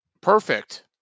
perfect